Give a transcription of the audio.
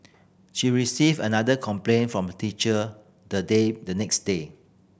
she received another complaint from teacher the day the next day